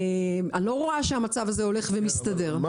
אני לא רואה שהמצב הזה הולך ומסתדר כן,